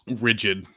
rigid